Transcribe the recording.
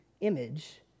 image